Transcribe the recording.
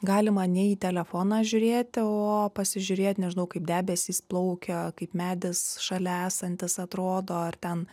galima ne į telefoną žiūrėti o pasižiūrėt nežinau kaip debesys plaukia kaip medis šalia esantis atrodo ar ten